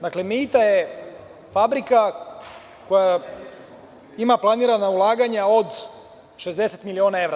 Dakle, „Meita“ je fabrika koja ima planirana ulaganja od 60 miliona evra.